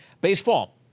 Baseball